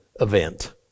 event